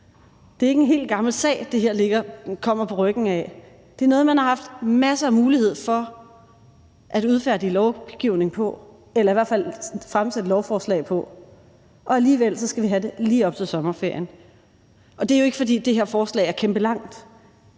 Det er ikke en hel gammel sag, det her kommer på ryggen af, for det er noget, man har haft masser af muligheder for at udfærdige lovgivning på eller i hvert fald fremsætte lovforslag på, men alligevel skal vi have det lige op til sommerferien. Det er jo ikke, fordi det her forslag er kæmpe langt,